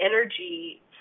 energy